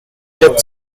quatre